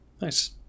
nice